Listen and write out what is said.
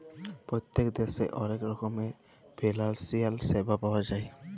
পত্তেক দ্যাশে অলেক রকমের ফিলালসিয়াল স্যাবা পাউয়া যায়